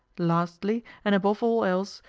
lastly, and above all else,